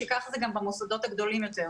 שכך זה גם במוסדות הגדולים יותר.